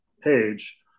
page